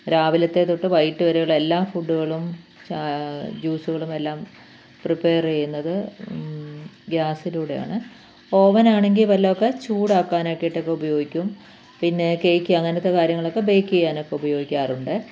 രാവിലത്തെ തൊട്ട് വൈകിയിട്ട് വരെയുള്ള എല്ലാ ഫുഡ്ഡുകളും ജൂസുകളുമെല്ലാം പ്രിപ്പെയർ ചെയ്യുന്നത് ഗ്യാസിലൂടെയാണ് ഓവനാണെങ്കിൽ വല്ലതുമൊക്കെ ചൂടാക്കാനാക്കിയിട്ടൊക്കെ ഉപയോഗിക്കും പിന്നെ കേക്ക് അങ്ങനത്തെ കാര്യങ്ങളൊക്കെ ബേയ്ക്ക് ചെയ്യാനായിട്ടൊക്കെ ഉപയോഗിക്കാറുണ്ട്